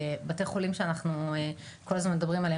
הגליל בנהריה בתי החולים שאנחנו כל הזמן מדברים עליהם